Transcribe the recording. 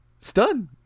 stunned